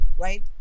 right